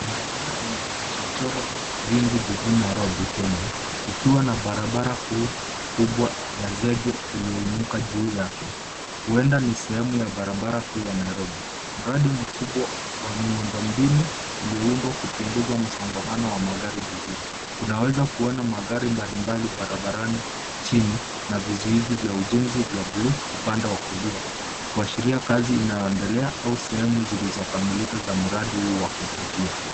Barabara yenye vichochoro vingi jijini Nairobi, Kenya, ikiwa na barabara kuu kubwa ya zege iliyoinuka juu yake. Huenda ni sehemu ya barabara kuu ya Nairobi. Mradi mkubwa wa miundo mbinu iliyoundwa kupunguza msongamano wa magari jijini. Unaweza kuona magari mbalimbali barabarani chini, na vizuizi vya ujenzi vya buluu, upande wa kulia kuashiria kazi inayoendelea au sehemu zilizokamilika za mradi huu wa kuvutia.